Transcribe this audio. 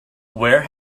where